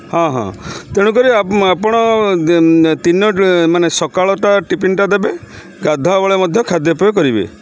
ହଁ ହଁ ତେଣୁକରି ଆପଣ ମାନେ ସକାଳଟା ଟିଫିନ୍ଟା ଦେବେ ଗାଧୁଆ ବେଳେ ମଧ୍ୟ ଖାଦ୍ୟପେୟ କରିବେ